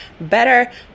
better